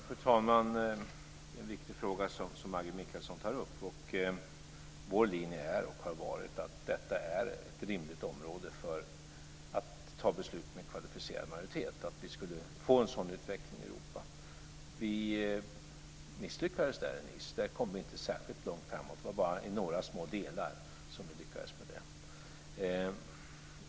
Fru talman! Det är en viktig fråga som Maggi Mikaelsson tar upp. Vår linje är och har varit att detta är ett rimligt område att fatta beslut med kvalificerad majoritet på, alltså att vi skulle få en sådan utveckling i Europa. Där misslyckades vi i Nice. Där kom vi inte särskilt långt framåt. Det var bara i några små delar som vi lyckades med det.